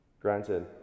Granted